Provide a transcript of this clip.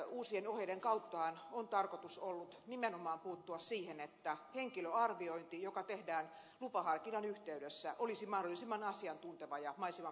uusien ohjeiden kauttahan on tarkoitus ollut nimenomaan puuttua siihen että henkilöarviointi joka tehdään lupaharkinnan yhteydessä olisi mahdollisimman asiantunteva ja mahdollisimman perusteellinen